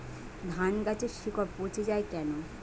ধানগাছের শিকড় পচে য়ায় কেন?